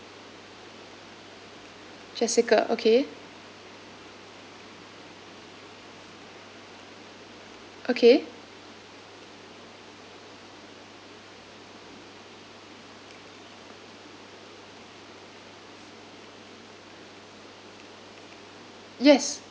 jessica okay okay yes